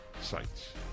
sites